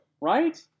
right